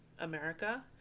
America